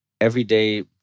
everyday